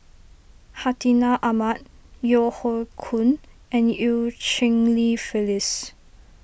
Hartinah Ahmad Yeo Hoe Koon and Eu Cheng Li Phyllis